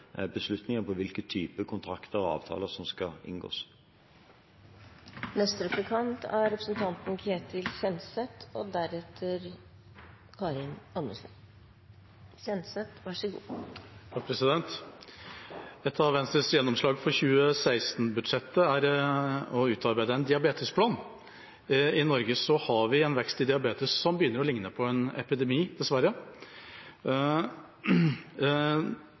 beslutninger om hvilke typer kontrakter og avtaler som skal inngås. Et av Venstres gjennomslag for 2016-budsjettet er å utarbeide en diabetesplan. I Norge har vi en vekst i diabetes som begynner å ligne på en epidemi, dessverre.